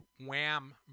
Wham